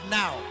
now